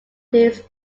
his